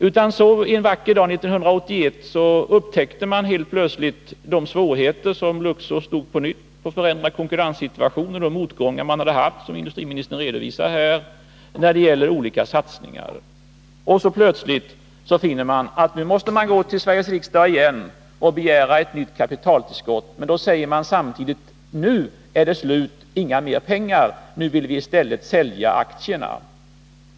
En vacker dag 1981 upptäcker man helt plötsligt de svårigheter som Luxor står inför på grund av konkurrenssituationen och de motgångar som man haft när det gällt olika satsningar och som industriministern här har redovisat. Regeringen finner då att man återigen måste gå till Sveriges riksdag och begära ett kapitaltillskott. Samtidigt säger man: Nu är det slut — inga mer pengar till Luxor. Nu vill vi i stället sälja aktierna.